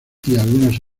algunas